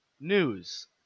news